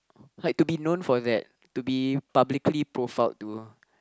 like to be known for that to be publicly profiled to